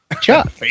Chuck